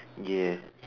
yes